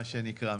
מה שנקרא,